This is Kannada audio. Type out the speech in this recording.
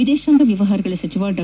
ವಿದೇಶಾಂಗ ವ್ಯವಹಾರಗಳ ಸಚಿವ ಡಾ